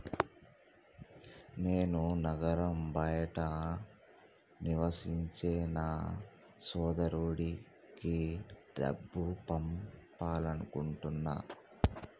నేను నగరం బయట నివసించే నా సోదరుడికి డబ్బు పంపాలనుకుంటున్నా